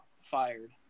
Fired